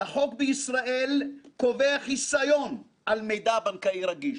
החוק בישראל קובע חיסיון על מידע בנקאי רגיש,